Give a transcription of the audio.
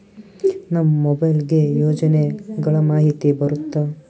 ನಮ್ ಮೊಬೈಲ್ ಗೆ ಯೋಜನೆ ಗಳಮಾಹಿತಿ ಬರುತ್ತ?